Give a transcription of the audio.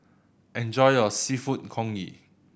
enjoy your Seafood Congee